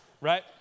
right